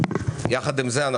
יחד עם זה,